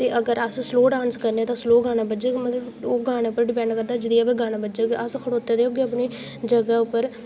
ते अगर अस स्लो डांस करने ते स्लो गाना बज्जग मतलब ओह् गाने पर डिपैंड करदा जनेहा गाना बज्जग ते अस खड़ोते दे होगे अपनी जगह पर